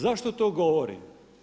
Zašto to govorim?